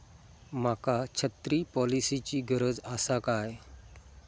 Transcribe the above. माका छत्री पॉलिसिची गरज आसा काय?